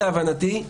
להבנתי,